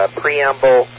preamble